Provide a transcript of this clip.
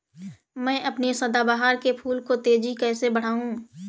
मैं अपने सदाबहार के फूल को तेजी से कैसे बढाऊं?